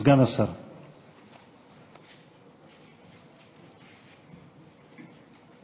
סגן השר.